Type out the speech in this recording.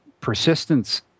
persistence